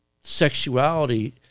sexuality